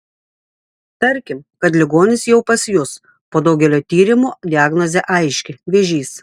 tarkim kad ligonis jau pas jus po daugelio tyrimų diagnozė aiški vėžys